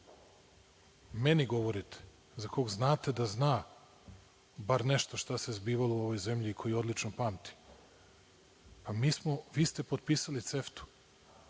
meni govorite, za koga znate da znam bar nešto šta se zbivalo u ovoj zemlji koji odlično pamti. Pa, vi ste potpisali CEFT-u,